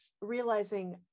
realizing